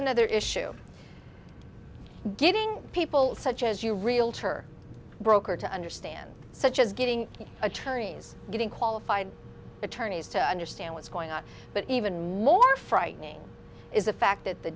another issue getting people such as you realtor broker to understand such as getting attorneys getting qualified attorneys to understand what's going on but even more frightening is the fact that the